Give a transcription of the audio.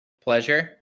Pleasure